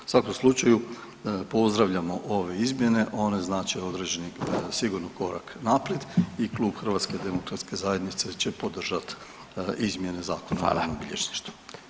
U svakom slučaju pozdravljamo ove izmjene, one znače određeni sigurni korak naprijed i Klub HDZ-a će podržat izmjene Zakona o javnom bilježništvu.